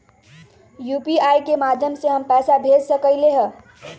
UPI के माध्यम से हम पैसा भेज सकलियै ह?